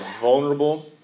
vulnerable